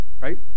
right